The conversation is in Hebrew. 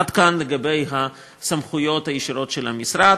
עד כאן לגבי הסמכויות הישירות של המשרד.